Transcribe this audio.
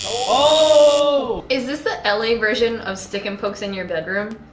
oh, is this the le version of sticking folks in your bedroom?